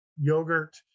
yogurt